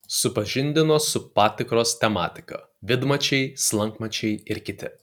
supažindino su patikros tematika vidmačiai slankmačiai ir kiti